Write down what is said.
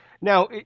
Now